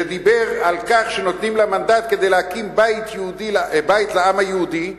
שדיבר על כך שנותנים לה מנדט כדי להקים בית לעם היהודי,